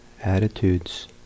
attitudes